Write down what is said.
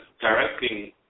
directing